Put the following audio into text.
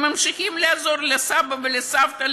והם ממשיכים לעזור לסבא ולסבתא,